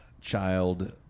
child